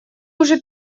уже